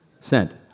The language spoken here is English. Sent